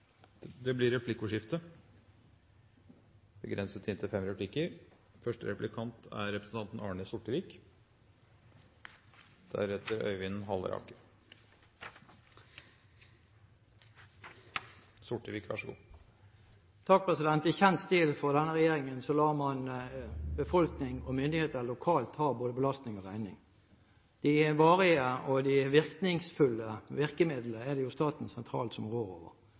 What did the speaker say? replikkordskifte. I kjent stil fra denne regjeringen lar man befolkning og myndigheter lokalt ta både belastning og regning. De varige og virkningsfulle virkemidlene er det jo staten sentralt som rår over.